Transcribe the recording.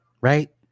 right